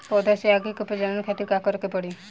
पौधा से आगे के प्रजनन खातिर का करे के पड़ी?